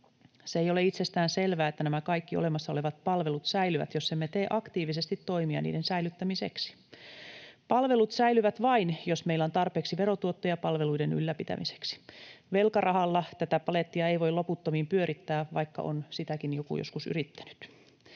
Ei ole itsestään selvää, että nämä kaikki olemassa olevat palvelut säilyvät, jos emme tee aktiivisesti toimia niiden säilyttämiseksi. Palvelut säilyvät vain, jos meillä on tarpeeksi verotuottoja palveluiden ylläpitämiseksi. Velkarahalla tätä palettia ei voi loputtomiin pyörittää, vaikka on sitäkin joku joskus yrittänyt.